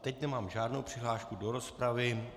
Teď nemám žádnou přihlášku do rozpravy.